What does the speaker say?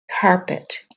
carpet